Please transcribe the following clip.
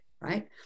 right